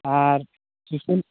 ᱟᱨ ᱥᱩᱥᱩᱱ